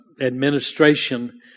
administration